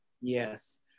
Yes